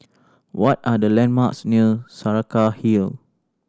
what are the landmarks near Saraca Hill